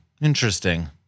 Interesting